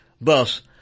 thus